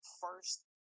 first